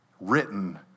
written